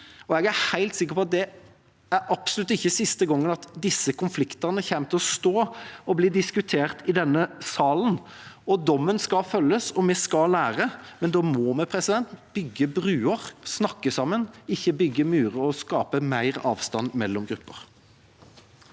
og jeg er helt sikker på at det absolutt ikke er siste gangen disse konfliktene kommer til å bli diskutert i denne salen. Dommen skal følges, og vi skal lære, men da må vi bygge bruer og snakke sammen, ikke bygge murer og skape mer avstand mellom grupper.